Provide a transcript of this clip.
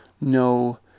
no